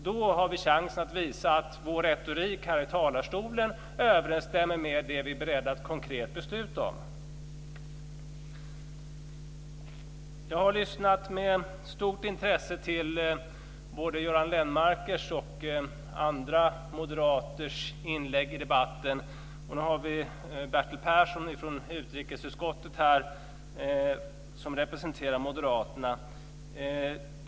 Då har vi chans att visa att vår retorik här i talarstolen överensstämmer med det som vi är beredda att konkret besluta om. Jag har lyssnat med stort intresse till både Göran Lennmarkers och andra moderaters inlägg i debatten, och nu har vi Bertil Persson från utrikesutskottet här som representerar moderaterna.